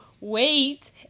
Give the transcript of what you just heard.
wait